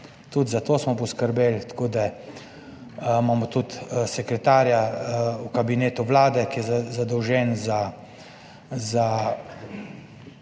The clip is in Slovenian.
tudi za to smo poskrbeli. Imamo tudi sekretarja v kabinetu Vlade, ki je zadolžen, da